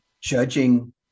judging